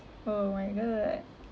oh my god